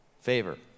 Favor